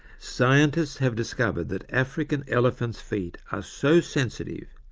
scientists have discovered that african elephants' feet are so sensitive,